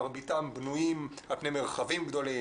מרביתם בנויים על פי מרחבים גדולים,